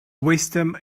wisdom